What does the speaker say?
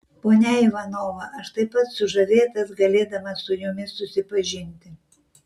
ponia ivanova aš taip pat sužavėtas galėdamas su jumis susipažinti